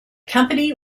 company